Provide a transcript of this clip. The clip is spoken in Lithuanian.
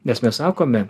nes mes sakome